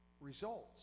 results